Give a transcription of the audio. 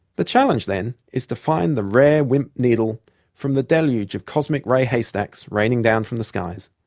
the challenge then is to find the rare wimp needle from the deluge of cosmic-ray haystacks raining down from the skies.